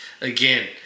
again